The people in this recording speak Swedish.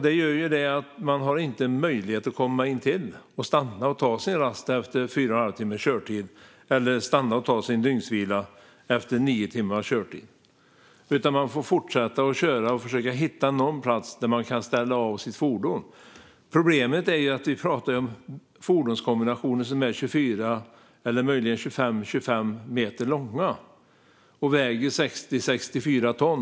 Det här gör att man inte har möjlighet att komma in och stanna och ta sin rast efter fyra och en halv timmes körtid eller ta sin dygnsvila efter nio timmars körtid, utan man får fortsätta att köra och försöka hitta någon plats där man kan ställa av sitt fordon. Problemet är att vi pratar om fordonskombinationer som är 24 eller möjligen 25 meter långa och väger 60-64 ton.